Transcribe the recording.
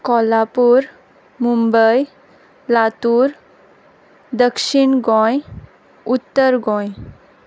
कोल्हापूर मुंबय लाथूर दक्षीण गोंय उत्तर गोंय